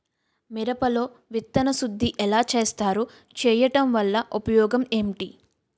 మిరప లో విత్తన శుద్ధి ఎలా చేస్తారు? చేయటం వల్ల ఉపయోగం ఏంటి?